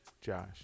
Josh